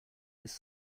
this